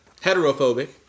Heterophobic